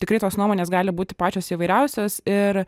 tikrai tos nuomonės gali būti pačios įvairiausios ir